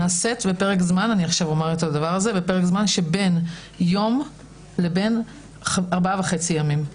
נעשים בפרק זמן שהוא בין יום לבין ארבעה וחצי ימים.